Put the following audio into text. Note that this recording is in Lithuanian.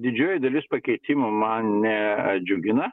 didžioji dalis pakeitimų mane džiugina